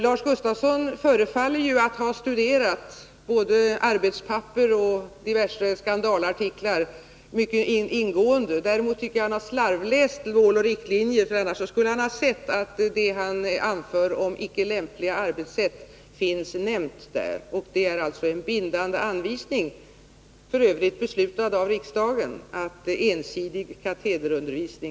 Lars Gustafsson förefaller att ha studerat både arbetspapper och diverse skandalartiklar mycket ingående. Däremot tycker jag att han har slarvläst Mål och riktlinjer — annars skulle han ha sett att det han anför om icke Nr 8 lämpliga arbetssätt finns nämnt där. Det är alltså en bindande anvisning, f. ö. Onsdagen den